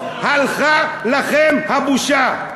הלכה לכם הבושה.